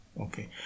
Okay